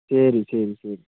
ശരി ശരി ശരി